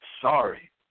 Sorry